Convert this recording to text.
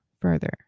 further